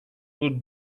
would